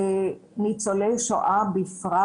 לניצולי שואה בפרט,